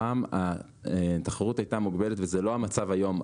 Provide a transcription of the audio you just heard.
פעם התחרות הייתה מוגבלת וזה לא היה מצב היום.